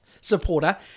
supporter